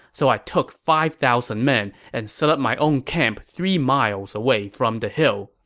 so i took five thousand men and set up my own camp three miles away from the hill.